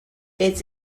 its